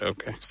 Okay